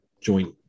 joint